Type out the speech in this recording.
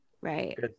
Right